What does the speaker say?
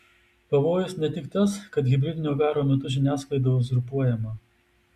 pavojus ne tik tas kad hibridinio karo metu žiniasklaida uzurpuojama